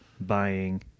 buying